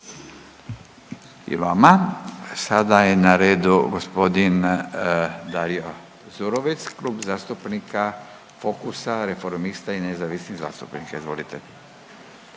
I vama. Sada je na redu gospodin Dario Zurovec, Klub zastupnika Fokusa, Reformista i nezavisnih zastupnika. Izvolite.